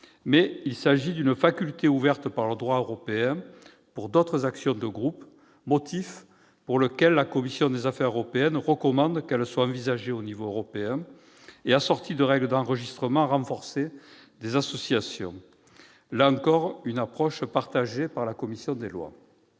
mais il s'agit d'une faculté ouverte par le droit européen pour d'autres actions de groupe, raison pour laquelle la commission des affaires européennes recommande qu'elle soit envisagée à l'échelon européen et assortie de règles renforcées d'enregistrement des associations. Il s'agit, là encore, d'une approche partagée par la commission des lois.